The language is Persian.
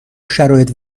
شرایط